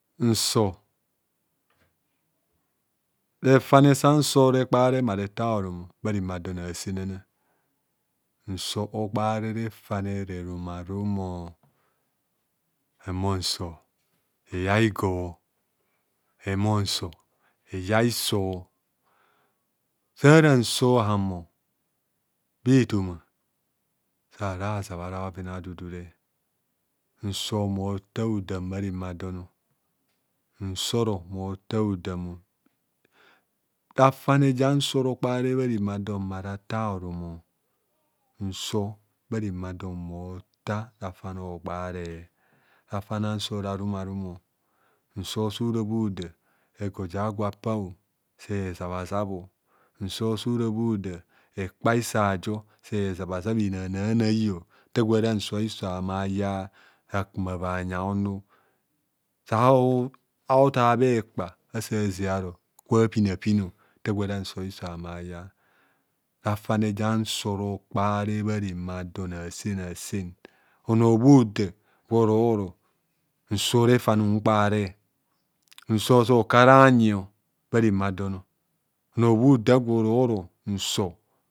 Refane sa nsor opaare mmarena norum aba. Ehumoi nsor eyai igor ehumor nsor eyai hiso sara nsor hahumo bha- ethoaa sa- arazab ara bhoven adudu re nsor ma othaa hodaam o rafene ja nsor okpare bha remadon ma rathaa horum nsor bharemadon maotta horum. Nsor so ora bho hoda egor ja agwo akpa se ezab azab. Nsor so aku ara bhanyi onoo bho hoda gwe oroi oro nsor refane hekpare